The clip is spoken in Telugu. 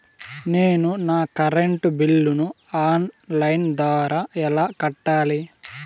నేను నా కరెంటు బిల్లును ఆన్ లైను ద్వారా ఎలా కట్టాలి?